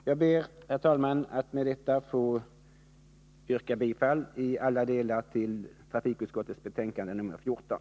Jag ber att i alla delar få yrka bifall till trafikutskottets betänkande nr 14.